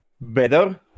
better